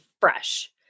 fresh